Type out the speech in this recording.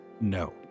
No